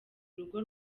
urugo